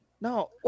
no